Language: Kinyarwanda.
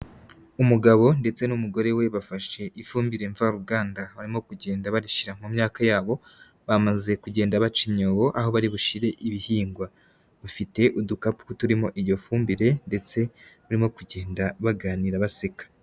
Umugabo ndetse n'umugore we bafashe ifumbire mvaruganda, barimo kugenda barishyira mu myaka yabo, bamaze kugenda baca imyobo aho bari bushire ibihingwa, bafite udukapu turimo iyo fumbire ndetse barimo kugenda baganira baseka.